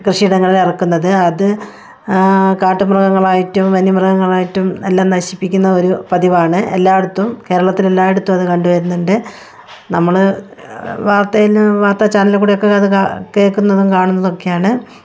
കൃഷിയിടങ്ങളിൽ ഇറക്കുന്നത് അത് കാട്ടുമൃഗങ്ങളായിട്ടും വന്യമൃഗങ്ങളായിട്ടും എല്ലാം നശിപ്പിക്കുന്ന ഒരു പതിവാണ് എല്ലായിടത്തും കേരളത്തിൽ എല്ലായിടത്തും അത് കണ്ടുവരുന്നുണ്ട് നമ്മൾ വാർത്തയിൽ വാർത്താച്ചാനലിൽ കൂടിയൊക്കെയത് കേൾക്കുന്നതും കാണുന്നതൊക്കെയാണ്